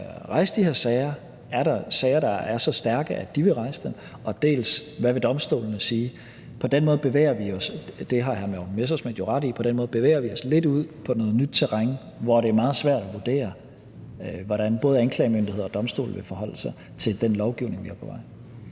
rejse de her sager? Er der sager, der er så stærke, at de vil rejse dem? Og hvad vil domstolene sige? På den måde – og det har hr. Morten Messerschmidt jo ret i – bevæger vi os lidt ud på noget nyt terræn, hvor det er meget svært at vurdere, hvordan både anklagemyndigheder og domstole vil forholde sig til den lovgivning, vi har på vej.